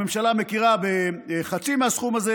הממשלה מכירה בחצי מהסכום הזה.